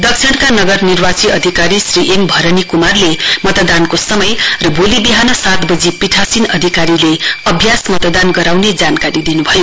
दक्षिणका नगर निर्वाची अधिकारी श्री एक भरनी कुमारले मतदानको समय र भोलि विहान सात वजी पीठासीन अधिकारीले अभ्यास मतदान गराउने जानकारी दिनुभयो